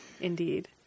indeed